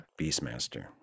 Beastmaster